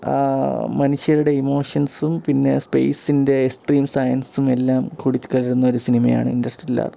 മനുഷ്യരുടെ ഇമോഷൻസും പിന്നെ സ്പേസിൻ്റെ എക്സ്ട്രീം സയൻസും എല്ലാം കൂടിക്കലർന്നൊരു സിനിമയാണ് ഇൻറ്റർസ്റ്റെല്ലാർ